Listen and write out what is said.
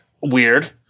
weird